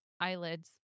eyelids